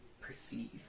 perceive